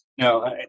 No